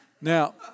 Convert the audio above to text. Now